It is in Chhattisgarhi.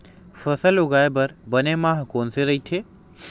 फसल उगाये बर बने माह कोन से राइथे?